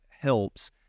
helps